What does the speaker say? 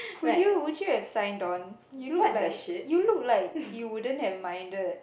would you would you have signed on you look like you look like you wouldn't have minded